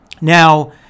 now